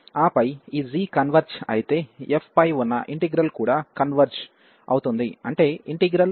ఆపై ఈ g converge అయితే f పై ఉన్న ఇంటిగ్రల్ కూడా కన్వెర్జ్ అవుతుందిఅంటే ఇంటిగ్రల్ లేదా n కన్వెర్జ్ అవుతుంది